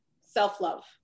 Self-love